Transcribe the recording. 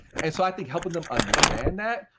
and so i think helping them understand that,